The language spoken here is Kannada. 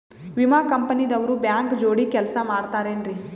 ವಿಮಾ ಕಂಪನಿ ದವ್ರು ಬ್ಯಾಂಕ ಜೋಡಿ ಕೆಲ್ಸ ಮಾಡತಾರೆನ್ರಿ?